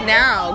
now